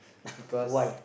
because